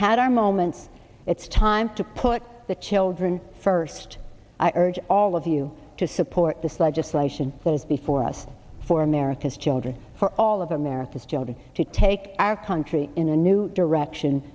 had our moments it's time to put the children first i urge all of you to support this legislation was before us for america's children for all of america's children to take our country in a new direction